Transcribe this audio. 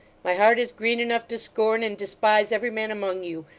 my heart is green enough to scorn and despise every man among you,